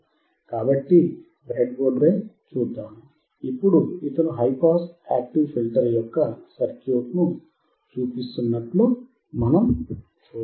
కాబట్టిబ్రెడ్బోర్డుపై చూద్దాం ఇప్పుడు ఇతను హై పాస్ యాక్టివ్ ఫిల్టర్ యొక్క సర్క్యూట్ను చూపిస్తున్నట్లు మనం చూడవచ్చు